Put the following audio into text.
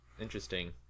Interesting